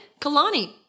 Kalani